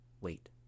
wait